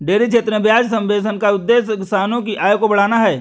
dairy क्षेत्र में ब्याज सब्वेंशन का उद्देश्य किसानों की आय को बढ़ाना है